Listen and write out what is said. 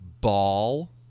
ball